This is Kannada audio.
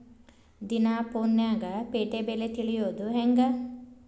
ದಿನಾ ಫೋನ್ಯಾಗ್ ಪೇಟೆ ಬೆಲೆ ತಿಳಿಯೋದ್ ಹೆಂಗ್?